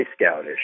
scoutish